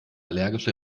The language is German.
allergische